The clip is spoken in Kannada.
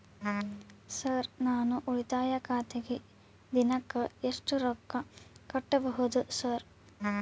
ಸರ್ ನಾನು ಉಳಿತಾಯ ಖಾತೆಗೆ ದಿನಕ್ಕ ಎಷ್ಟು ರೊಕ್ಕಾ ಕಟ್ಟುಬಹುದು ಸರ್?